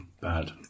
bad